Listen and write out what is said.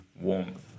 warmth